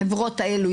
החברות האלו,